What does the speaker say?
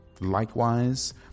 Likewise